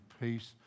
peace